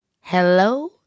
hello